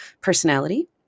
personality